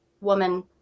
woman